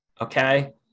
okay